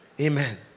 Amen